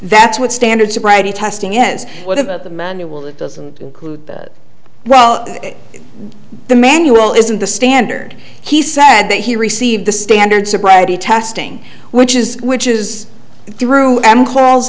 that's what standard sobriety testing is what about the manual that doesn't include that well the manual isn't the standard he said that he received the standard sobriety testing which is which is through